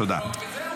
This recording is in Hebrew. עוד יפטרו אותו.